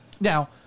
Now